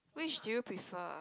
which do you prefer